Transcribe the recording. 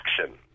action